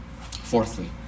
Fourthly